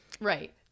Right